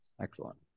excellent